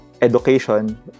education